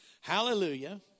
Hallelujah